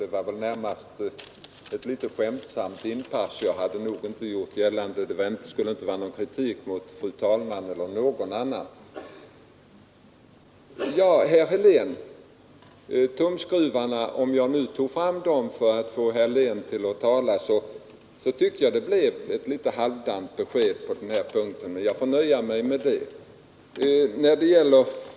Det var väl närmast ett litet skämtsamt inpass det var absolut inte menat som någon kritik mot fru talmannen eller någon annan. Om jag nu med hjälp av tumskruvar fick herr Helén att tala, tycker jag nog att hans besked på denna punkt blev litet halvdant. Men jag får väl nöja mig med det.